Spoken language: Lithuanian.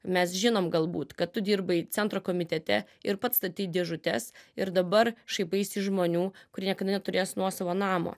mes žinom galbūt kad tu dirbai centro komitete ir pats statei dėžutes ir dabar šaipaisi iš žmonių kurie niekada neturės nuosavo namo